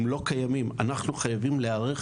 הם לא קיימים, ואנחנו חייבים להיערך